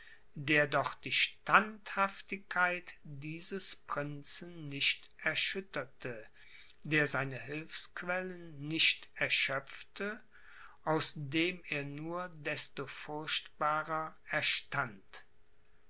der doch die standhaftigkeit dieses prinzen nicht erschütterte der seine hilfsquellen nicht erschöpfte aus dem er nur desto furchtbarer erstand